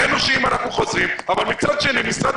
הראנו שאם אנחנו חוזרים אבל מצד שני משרד